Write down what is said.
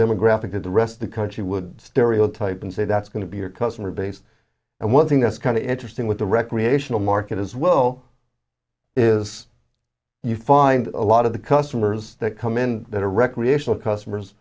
demographic that the rest the country would stereotype and say that's going to be your customer base and one thing that's kind of interesting with the recreational market as well is you find a lot of the customers that come in that are recreational customers